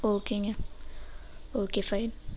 ஓகேங்க okay fine